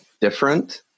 different